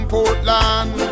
Portland